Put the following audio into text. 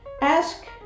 ask